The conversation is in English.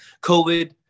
COVID